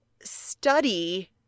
study